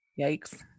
Yikes